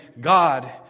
God